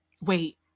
Wait